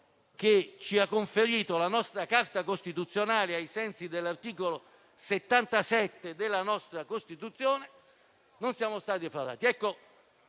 che ci ha conferito la nostra Carta costituzionale, ai sensi dell'articolo 77 della nostra Costituzione. Noi ne siamo stati defraudati.